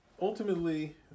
ultimately